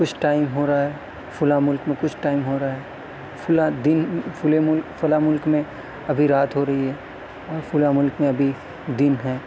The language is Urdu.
کچھ ٹائم ہو رہا ہے فلاں ملک میں کچھ ٹائم ہو رہا ہے فلاں دن فلیں فلاں ملک میں ابھی رات ہو رہی ہے فلاں ملک میں ابھی دن ہے